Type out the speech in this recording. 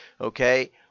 Okay